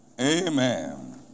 Amen